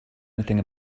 anything